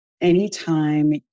anytime